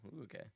okay